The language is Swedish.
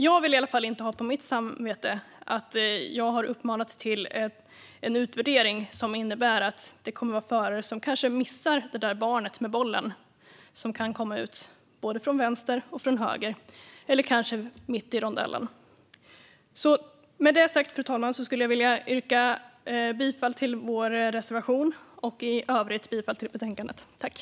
Jag vill inte ha på mitt samvete att jag har uppmanat till en utvärdering som kan leda till att en förare inte ser det där barnet med bollen som kan komma från vänster eller höger eller från mitt i en rondell. Fru talman! Jag yrkar bifall till vår reservation och i övrigt till utskottets förslag.